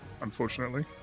Unfortunately